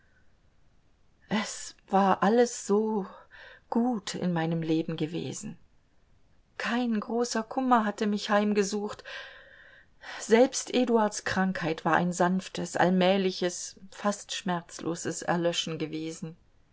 es war alles so gut in meinem leben gewesen kein großer kummer hatte mich heimgesucht selbst eduards krankheit war ein sanftes allmähliches fast schmerzloses erlöschen gewesen